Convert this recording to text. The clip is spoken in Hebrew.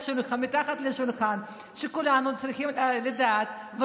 מתחת לשולחן שכולנו צריכים לדעת,